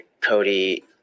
Cody